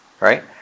Right